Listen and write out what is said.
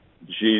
Jesus